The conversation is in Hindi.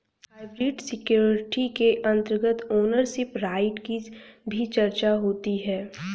हाइब्रिड सिक्योरिटी के अंतर्गत ओनरशिप राइट की भी चर्चा होती है